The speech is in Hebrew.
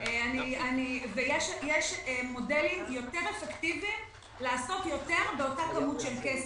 יש מודלים יותר אפקטיביים לעשות יותר באותה כמות של הכסף.